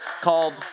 called